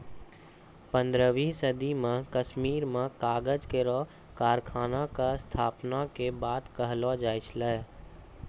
पन्द्रहवीं सदी म कश्मीर में कागज केरो कारखाना क स्थापना के बात कहलो जाय छै